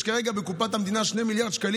יש כרגע בקופת המדינה 2 מיליארד שקלים